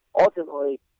ultimately